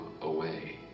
away